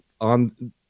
on